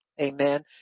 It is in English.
Amen